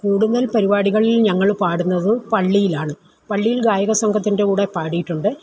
കൂടുതൽ പരിപാടികളിൽ ഞങ്ങൾ പാടുന്നത് പള്ളിയിലാണ് പള്ളിയിൽ ഗായകസംഘത്തിൻ്റെ കൂടെ പാടിയിട്ടുണ്ട്